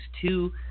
two